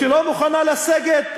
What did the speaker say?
שלא מוכנה לסגת,